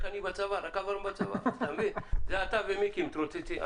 אתה ומיקי מתרוצצים,